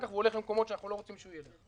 כך הוא הולך למקומות שאנחנו לא רוצים שהוא ילך.